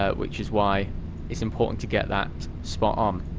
ah which is why it's important to get that spot um